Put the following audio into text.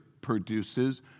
produces